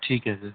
ਠੀਕ ਹੈ ਸਰ